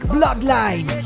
Bloodline